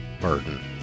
burden